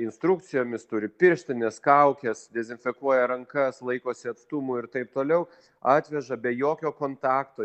instrukcijomis turi pirštines kaukes dezinfekuoja rankas laikosi atstumų ir taip toliau atveža be jokio kontakto